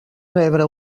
rebre